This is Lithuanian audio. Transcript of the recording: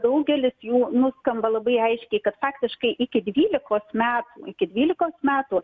daugelis jų nuskamba labai aiškiai kad faktiškai iki dvylikos metų iki dvylikos metų